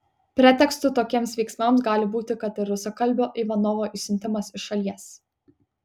pretekstu tokiems veiksmams gali būti kad ir rusakalbio ivanovo išsiuntimas iš šalies